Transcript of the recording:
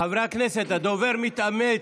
חברי הכנסת, הדובר מתאמץ.